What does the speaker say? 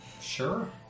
Sure